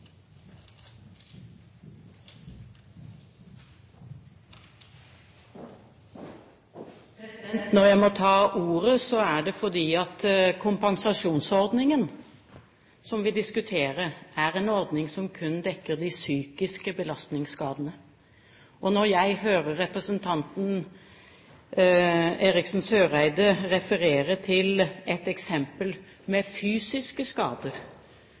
Når jeg må ta ordet, er det fordi kompensasjonsordningen som vi diskuterer, er en ordning som kun dekker de psykiske belastningsskadene. Når jeg hører representanten Eriksen Søreide referere til et eksempel med fysiske skader,